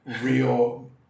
real